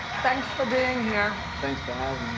thanks for being here. thanks for having me.